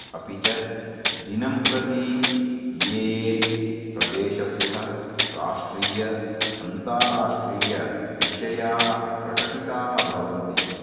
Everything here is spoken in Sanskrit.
अपि च दिनं प्रति ये ये प्रदेशस्थं राष्ट्रियम् अन्ताराष्ट्रियविषयाः प्रकटिताः भवन्ति